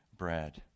bread